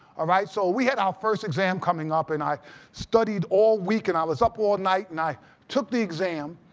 ah right? so we had our first exam coming up and i studied all week and i up all night and i took the exam.